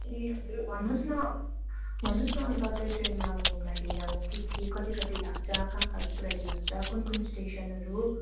ए भन्नुहोस् न भन्नुहोस् न अन्त टोय ट्रेनमा अब घुम्दाखेरि अब के के कति कति लाग्छ कहाँ कहाँ पुऱ्याइदिनुहुन्छ कुन कुन स्टेसनहरू